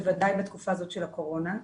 בוודאי בתקופה הזאת של הקורונה.